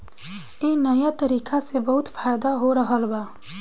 ए नया तरीका से बहुत फायदा हो रहल बा